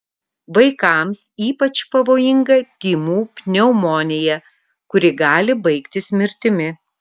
vaikams ypač pavojinga tymų pneumonija kuri gali baigtis mirtimi